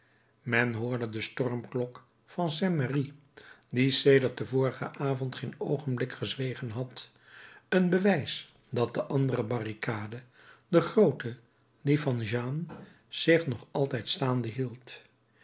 men hoorde de stormklok van st merry die sedert den vorigen avond geen oogenblik gezwegen had een bewijs dat de andere barricade de groote die van jeanne zich nog altijd staande hield